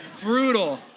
Brutal